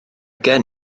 gen